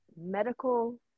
medical